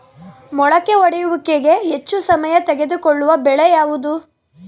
ಮೊಳಕೆ ಒಡೆಯುವಿಕೆಗೆ ಹೆಚ್ಚು ಸಮಯ ತೆಗೆದುಕೊಳ್ಳುವ ಬೆಳೆ ಯಾವುದು?